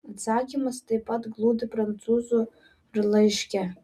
atsakymas taip pat glūdi prancūzių laiške